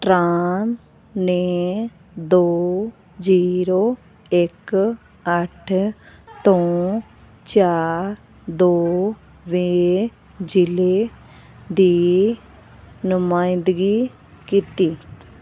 ਟਰਾਨ ਨੇ ਦੋ ਜ਼ੀਰੋ ਇੱਕ ਅੱਠ ਤੋਂ ਚਾਰ ਦੋਵੇਂ ਜ਼ਿਲ੍ਹੇ ਦੀ ਨੁਮਾਇੰਦਗੀ ਕੀਤੀ